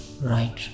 Right